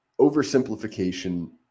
oversimplification